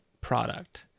product